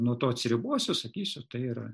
nuo to atsiribosiu sakysiu tai yra